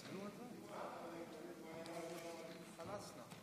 תתחילו לעסוק בעתיד של אזרחי ישראל.